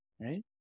right